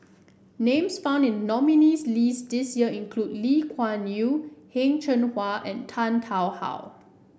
names found in the nominees' list this year include Lee Kuan Yew Heng Cheng Hwa and Tan Tarn How